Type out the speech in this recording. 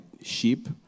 sheep